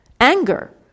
Anger